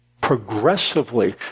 progressively